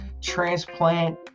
transplant